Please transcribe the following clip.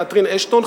קתרין אשטון,